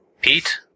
Pete